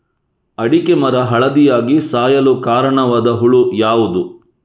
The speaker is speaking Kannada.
ಅಡಿಕೆ ಮರ ಹಳದಿಯಾಗಿ ಸಾಯಲು ಕಾರಣವಾದ ಹುಳು ಯಾವುದು?